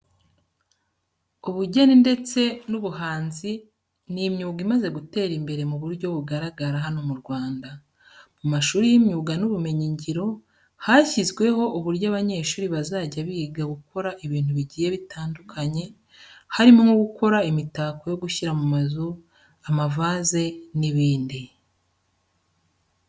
Ubugeni ndetse n'ubuhanzi ni imyuga imaze gutera imbere mu buryo bugaragara hano mu Rwanda. Mu mashuri y'imyuga n'ubumenyingiro hashizweho uburyo abanyeshuri bazajya biga gukora ibintu bigiye bitandukanye, harimo nko gukora imitako yo gushyira mu mazu, amavaze n'ibindi.